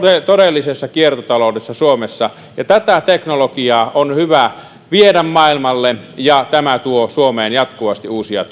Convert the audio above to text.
todellisessa kiertotaloudessa suomessa ja tätä teknologiaa on hyvä viedä maailmalle ja tämä tuo suomeen jatkuvasti uusia